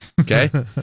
Okay